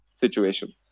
situation